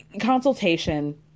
consultation